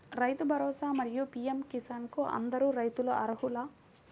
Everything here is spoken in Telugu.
రైతు భరోసా, మరియు పీ.ఎం కిసాన్ కు అందరు రైతులు అర్హులా?